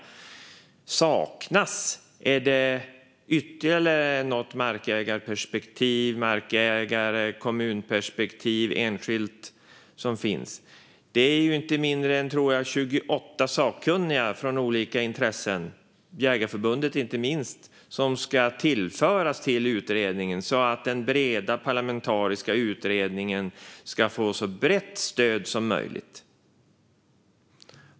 Är det ytterligare något markägarperspektiv, kommunperspektiv eller något enskilt? Det är ju inte mindre än 28 sakkunniga, tror jag, från olika intressen, inte minst jägarförbunden, som ska tillföras utredningen så att den breda parlamentariska utredningen ska få ett så brett stöd som möjligt.